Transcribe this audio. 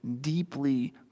deeply